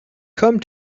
come